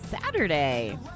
Saturday